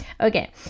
Okay